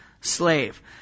slave